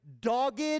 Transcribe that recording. dogged